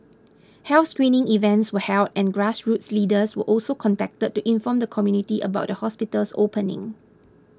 health screening events were held and grassroots leaders were also contacted to inform the community about the hospital's opening